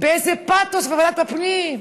באיזה פתוס בוועדת הפנים: